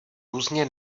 různě